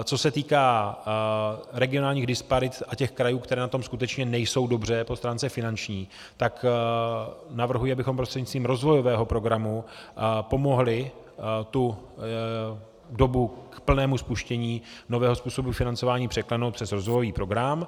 Co se týká regionálních disparit a těch krajů, které na tom skutečně nejsou dobře po stránce finanční, tak navrhuji, abychom prostřednictvím rozvojového programu pomohli tu dobu k plnému spuštění nového způsobu financování překlenout přes rozvojový program.